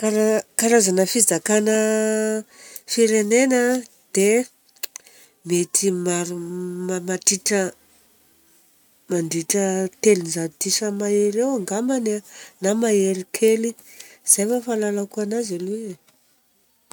Kara- karazana fizakana firenena dia mety maro mandritra telonjato isa mahery eo angambany na mahery kely. Zay raha ny fahalalako anazy aloha e.